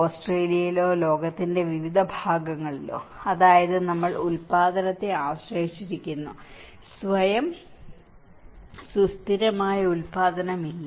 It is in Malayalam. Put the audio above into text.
ഓസ്ട്രേലിയയിലോ ലോകത്തിന്റെ വിവിധ ഭാഗങ്ങളിലോ അതായത് നമ്മൾ ഉൽപ്പാദനത്തെ ആശ്രയിച്ചിരിക്കുന്നു സ്വയം സുസ്ഥിരമായ ഉൽപ്പാദനം ഇല്ല